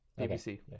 BBC